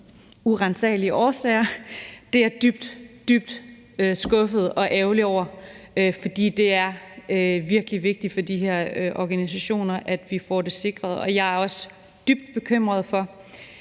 uransagelige årsager er væk. Det er jeg dybt, dybt skuffet og ærgerlig over. For det er virkelig vigtigt for de her organisationer, at vi får det sikret, og jeg er også dybt bekymret for,